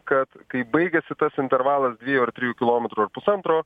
kad kai baigiasi tas intervalas dviejų ar trijų kilometrų ar pusantro